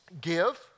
Give